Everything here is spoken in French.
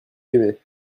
aimé